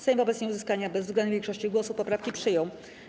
Sejm wobec nieuzyskania bezwzględnej większości głosów poprawki przyjął.